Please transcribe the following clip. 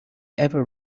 ever